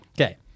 Okay